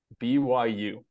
BYU